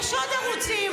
יש עוד בערוצים,